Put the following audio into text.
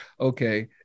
Okay